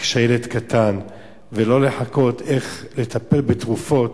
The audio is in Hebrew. כשהילד קטן ולא לחכות איך לטפל בתרופות